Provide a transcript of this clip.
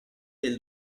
del